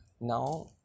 now